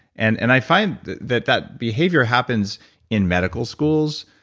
and and i find that that that behavior happens in medical schools.